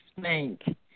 thank